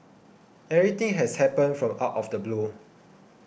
everything has happened from out of the blue